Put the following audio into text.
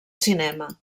cinema